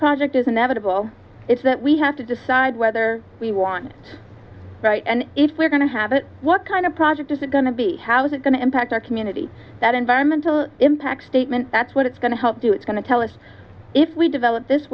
project is inevitable it's that we have to decide whether we want it right and if we're going to have it what kind of project is it going to be how is it going to impact our community that environmental impact statement that's what it's going to help do it's going to tell us if we develop this